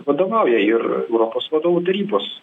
vadovauja ir europos vadovų tarybos